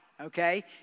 okay